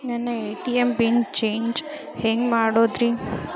ನನ್ನ ATM pin change ಹೆಂಗ್ ಮಾಡೋದ್ರಿ?